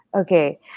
Okay